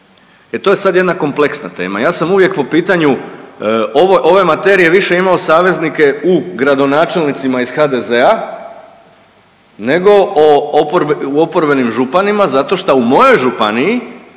E to je sad jedna kompleksna tema. Ja sam uvijek po pitanju ove materije više imao saveznike u gradonačelnicima iz HDZ-a nego u oporbenim županima zato šta u mojoj županiji